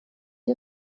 die